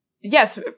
yes